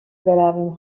برویم